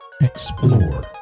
Explore